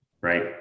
Right